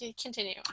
Continue